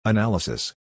Analysis